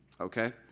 Okay